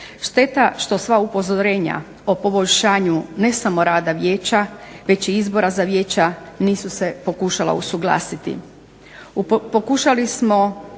Šteta što sva upozorenja o poboljšanju ne samo rada vijeća već i izbora za vijeća nisu se pokušala usuglasiti.